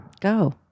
Go